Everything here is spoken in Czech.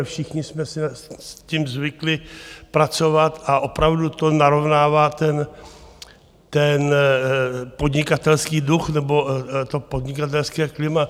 Všichni jsme si s tím zvykli pracovat a opravdu to narovnává ten podnikatelský duch nebo to podnikatelské klima.